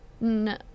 no